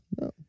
No